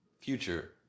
future